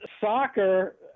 soccer –